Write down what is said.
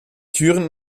türen